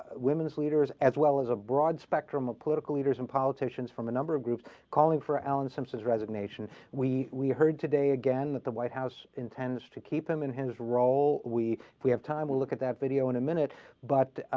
women's leaders as well as a broad spectrum of political leaders and politicians from a number of groups calling for alan simpson's resignation we we heard today again at the white house intends to keep them in his role we we have time to look at that video in a minute but